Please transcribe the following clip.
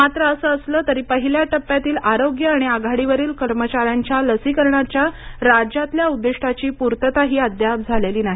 मात्र असं असलं तरी पहिल्या टप्प्यातील आरोग्य आणि आघाडीवरील कर्मचाऱ्यांच्या लसीकरणाच्या राज्यातल्या उद्दिष्टाची पूर्तताही अद्याप झालेली नाही